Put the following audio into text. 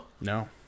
No